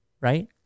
right